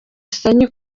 sanyu